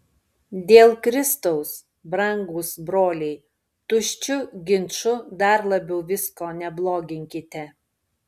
dėl kristaus brangūs broliai tuščiu ginču dar labiau visko nebloginkite